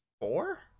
four